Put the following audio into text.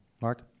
Mark